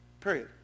Period